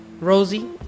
Rosie